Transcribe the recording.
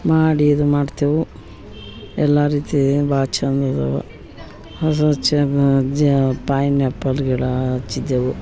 ಮಾಡಿ ಇದು ಮಾಡ್ತೇವೆ ಎಲ್ಲ ರೀತಿ ಭಾಳ ಚಂದ ಅದಾವೆ ಅದು ಹಚ್ಚಿ ಪೈನ್ಯಾಪಲ್ ಗಿಡ ಹಚ್ಚಿದ್ದೇವೆ